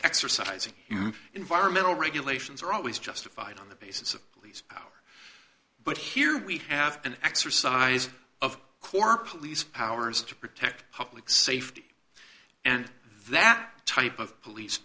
exercising environmental regulations are always justified on the basis of these but here we have an exercise of core police powers to protect public safety and that type of police